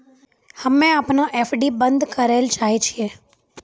हम्मे अपनो एफ.डी बन्द करै ले चाहै छियै